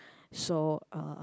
so uh